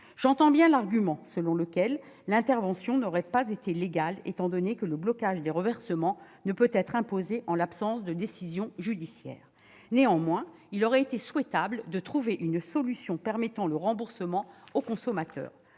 J'entends bien l'argument selon lequel l'intervention n'aurait pas été légale, dans la mesure où le blocage des reversements ne peut être imposé en l'absence de décision judiciaire. Néanmoins, il aurait été souhaitable de trouver une solution permettant le remboursement des consommateurs,